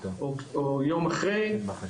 או יום אחרי,